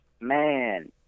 Man